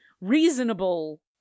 reasonable